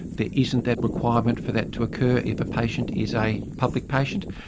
there isn't that requirement for that to occur if a patient is a public patient.